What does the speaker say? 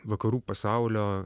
vakarų pasaulio